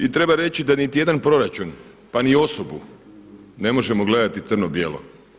I treba reći da niti jedan proračun pa ni osobu ne možemo gledati crno bijelo.